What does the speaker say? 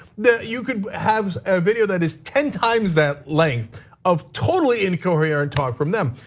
that you can have a video that is ten times that length of totally incoherent talk from them.